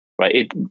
right